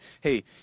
hey